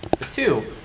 Two